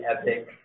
epic